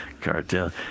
cartel